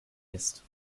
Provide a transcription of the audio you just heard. ist